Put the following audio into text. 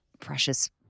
Precious